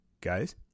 Guys